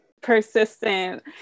persistent